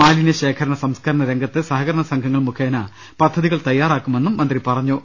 മാലിന്യ ശേഖരണ സംസ്കരണ രംഗത്ത് സഹകരണ സംഘങ്ങൾ മുഖേന പദ്ധതികൾ തയ്യാറാക്കുമെന്നും മന്ത്രി പറ ഞ്ഞു